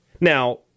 Now